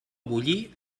bullir